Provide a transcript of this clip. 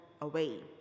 away